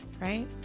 right